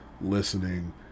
listening